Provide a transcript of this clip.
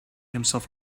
himself